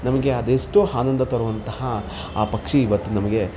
ನಮಗೆ ಅದೆಷ್ಟೋ ಆನಂದ ತರುವಂತಹ ಆ ಪಕ್ಷಿ ಇವತ್ತು ನಮಗೆ